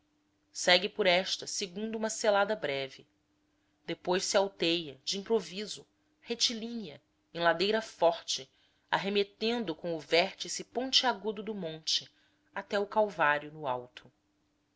segue por esta segundo uma selada breve depois se alteia de improviso retilínea em ladeira forte arremetendo com o vértice pontiagudo do monte até ao calvário no alto